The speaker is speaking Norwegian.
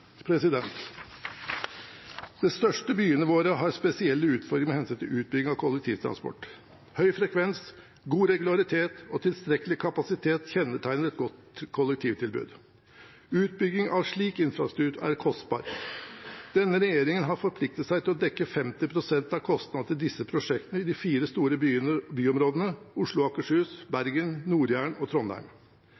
største byene våre har spesielle utfordringer med hensyn til utbygging av kollektivtransporten. Høy frekvens, god regularitet og tilstrekkelig kapasitet kjennetegner et godt kollektivtilbud, utbygging av slik infrastruktur er kostbar. Denne regjeringen har forpliktet seg til å dekke 50 pst. av kostnadene til disse prosjektene i de fire store byområdene: Oslo og Akershus,